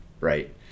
right